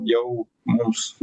jau mums